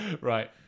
Right